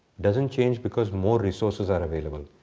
doesn't change because more resources are available.